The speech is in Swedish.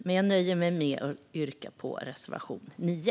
Men jag nöjer mig med att yrka bifall till reservation 9.